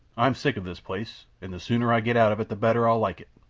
i'm sick of this place, an' the sooner i get out of it the better i'll like it.